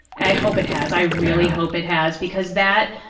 i hope it has. i really hope it has, because that,